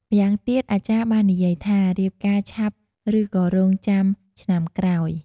ម្យ៉ាងទៀតអាចារ្យបាននិយាយថារៀបការឆាប់ឬក៏រងចាំឆ្នាំក្រោយ។